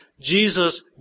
Jesus